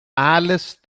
alice